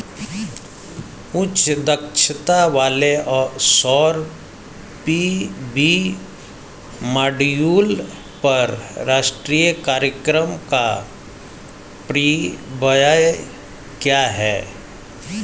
उच्च दक्षता वाले सौर पी.वी मॉड्यूल पर राष्ट्रीय कार्यक्रम का परिव्यय क्या है?